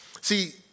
See